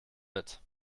mit